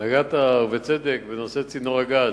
נגעת, ובצדק, בנושא צינור הגז,